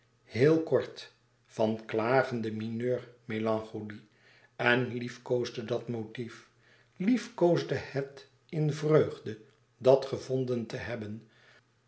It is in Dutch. heel kort van klagende mineur melancholie en liefkoosde dat motief liefkoosde het in vreugde dàt gevonden te hebben